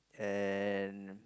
and